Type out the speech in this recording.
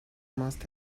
must